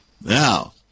Now